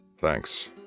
Thanks